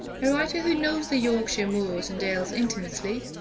a writer who knows the yorkshire moors and dales intimately,